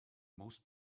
most